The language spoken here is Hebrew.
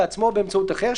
בעצמו או באמצעות אחר,